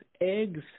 eggs